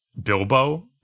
bilbo